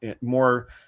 more